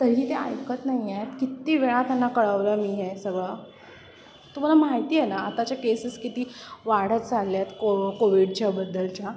तरीही ते ऐकत नाही आहे कित्ती वेळा त्यांना कळवलं मी हे सगळं तुम्हाला माहिती आहे ना आताच्या केसेस किती वाढत चालल्या आहेत को कोविडच्याबद्दलच्या